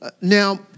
now